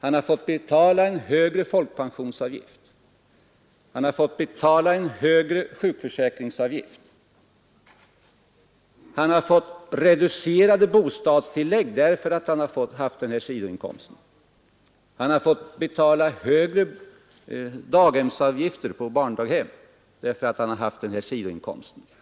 han har fått betala en högre folkpensionsavgift och högre sjukförsäkringsavgift, han har fått reducerade bostadstillägg och han har fått betala högre daghemsavgifter på grund av att han haft dessa sidoinkomster.